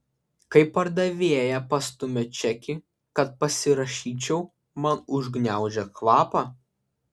kai pardavėja pastumia čekį kad pasirašyčiau man užgniaužia kvapą